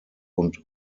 und